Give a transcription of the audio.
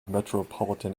metropolitan